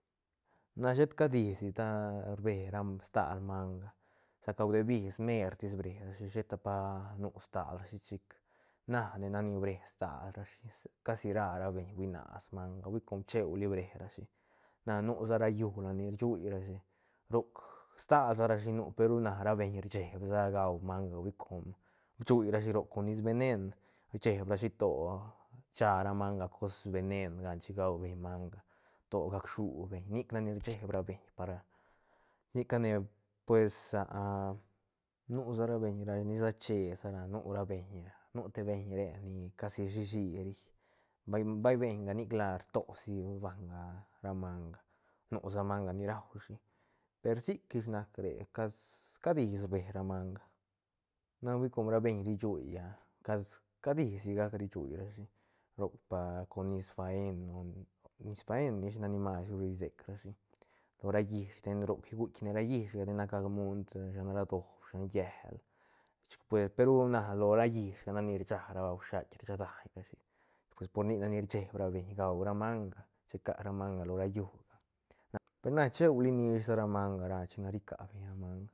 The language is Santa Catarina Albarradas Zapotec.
Na shet cad is di ta rbe stal manga sa ca bdebis mertis bre rashi sheta pa nu stal rashi chic nac ne nac ni bre stal rashi casi ra ra beñ huinas manga hui com cheuli bre rashi na nu sa ra llú la ni rchui rashi roc stal sa ra shi nu pe ru na ra eñ rcheb sa gau manga hui com chuirashi roc con nis venen rsheb ra to scha ra manga cos venen gan chic huabeñ manga to gac shu beñ nic nac ni rcheb ra beñ ra nicane pues nu sa ra beñ ra ni sa che sa ra nu ra beñ nu te beñ re la ni cashi shi shi ri bai- bai beñga nic la rto si banga manga nu sa manga ni raushi per sic ihs nac re cad cad is rbe ra manga na hui com ra beñ ri chui cad cad is sigac ri chuirashi roc par con nis faen nis faen nac ni mas ru risec rashi lo ra llish ten roc rguitk ne ra llishga ten nac gac munt ra doob shan llél chi peru na lo ra llishga nac ni rcha ra shuait rchadañ rashi pues por nic nac ni rcheb ra beñga gau ra manga chi ca ra manga lo ra llúga pe na cheuli nish sa ra manga china ri ca beñ manga.